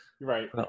right